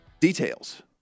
details